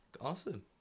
Awesome